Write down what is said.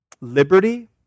liberty